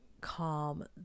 calm